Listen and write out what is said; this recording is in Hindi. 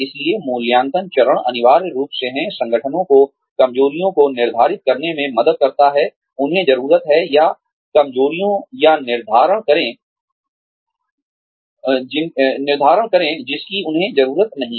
इसलिए मूल्यांकन चरण अनिवार्य रूप से है संगठनों को कमजोरियों को निर्धारित करने में मदद करता है उन्हें जरूरत है या कमजोरियों का निर्धारण करें जिसकी उन्हें जरूरत नहीं है